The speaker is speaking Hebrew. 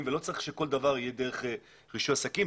ולא צריך שכל דבר יהיה דרך רישוי עסקים.